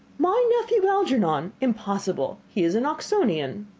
my nephew algernon? impossible! he is an oxonian.